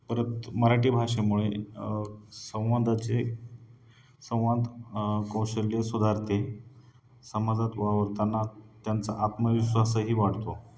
परत मराठी भाषेमुळे संवादाचे संवाद कौशल्य सुधारते समाजात वावरताना त्यांचा आत्मविश्वासही वाढतो